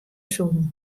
soene